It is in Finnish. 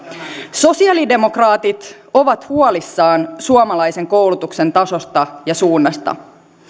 sosiaalidemokraatit ovat huolissaan suomalaisen koulutuksen tasosta ja suunnasta